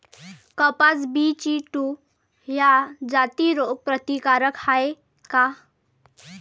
कपास BG two ह्या जाती रोग प्रतिकारक हाये का?